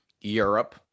Europe